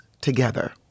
together